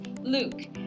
Luke